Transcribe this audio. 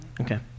Okay